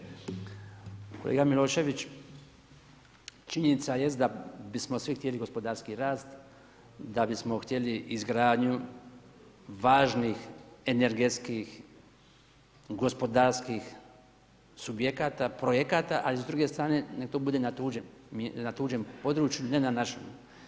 Kolega Milošević, činjenica jest da bismo svi htjeli gospodarski rast, da bismo htjeli izgradnju važnih energetskih gospodarskih subjekata, projekata ali s druge strane nek' to bude na tuđem području, ne na našem.